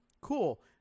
Cool